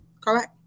Correct